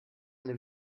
eine